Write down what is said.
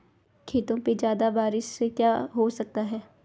खेतों पे ज्यादा बारिश से क्या हो सकता है?